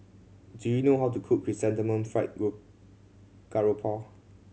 do you know how to cook chrysanthemum fried garoupa